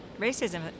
racism